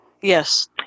Yes